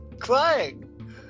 crying